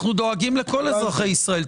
אנחנו דואגים לכל אזרחי ישראל.